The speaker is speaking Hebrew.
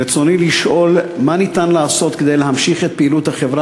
רצוני לשאול: 1. מה ניתן לעשות כדי להמשיך את פעילות החברה,